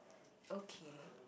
okay